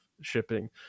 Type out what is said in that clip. shipping